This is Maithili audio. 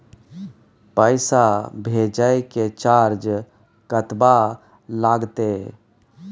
पैसा भेजय के चार्ज कतबा लागते?